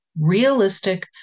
realistic